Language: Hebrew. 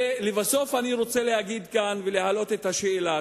ולבסוף, אני רוצה להגיד כאן ולהעלות את השאלה.